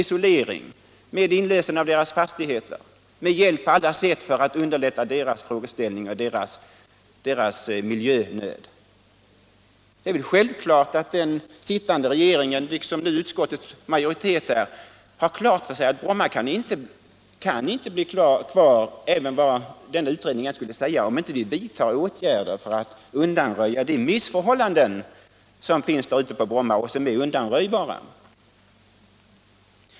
Det kan gälla isolering av deras fastigheter och hjälp på andra sätt för att lindra deras miljönöd. Det är självklart att den sittande regeringen liksom utskottets majoritet har klart för sig att Bromma inte kan vara kvar som flygplats vad utredningen än kommer att säga, om inte åtgärder vidtas för att undanröja de missförhållanden som finns på Bromma och som är möjliga att undanröja.